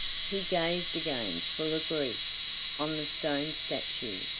he gazed again full of grief on the stone statue,